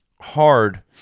hard